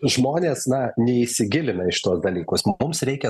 žmonės na neįsigilinę į šituos dalykus o mums reikia